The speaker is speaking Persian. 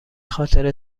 خاطر